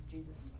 Jesus